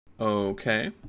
Okay